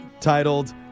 titled